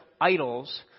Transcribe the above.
idols